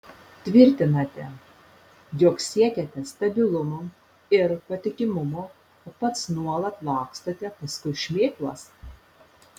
tvirtinate jog siekiate stabilumo ir patikimumo o pats nuolat lakstote paskui šmėklas